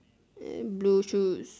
eh blue shoes